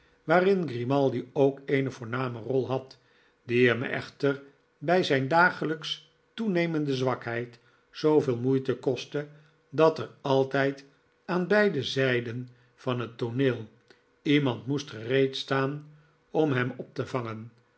waarin grimaldi ook eene voorname rol had die hem echter bij zijn dagelijks toenemende zwakheid zooveel moeite kostte dat or altijd aan beide zijden van het tooneel iemand moest gereed staan om hem op te vangen